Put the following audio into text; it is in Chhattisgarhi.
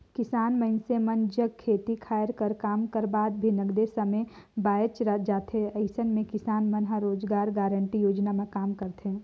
किसान मइनसे मन जग खेती खायर कर काम कर बाद भी नगदे समे बाएच जाथे अइसन म किसान मन ह रोजगार गांरटी योजना म काम करथे